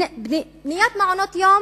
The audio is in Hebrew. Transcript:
בניית מעונות-יום